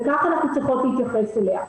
וכך אנחנו צריכות להתייחס אליה.